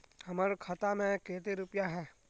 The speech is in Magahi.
हमर खाता में केते रुपया है?